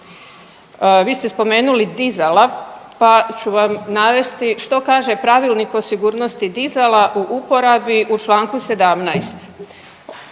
Vi ste spomenuli dizala, pa ću Vam navesti što kaže Pravilnik o sigurnosti dizala u uporabi u čl. 17.